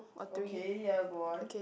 okay ya go on